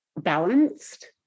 balanced